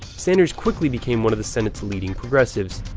sanders quickly became one of the senate's leading progressives.